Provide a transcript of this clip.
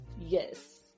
Yes